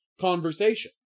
conversation